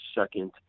second